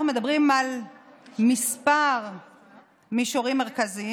אנחנו מדברים על מספר מישורים מרכזיים,